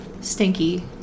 stinky